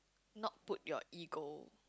not put your ego